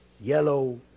yellow